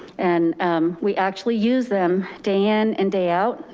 and we actually use them day in and day out.